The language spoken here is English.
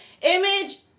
Image